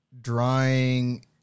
drawing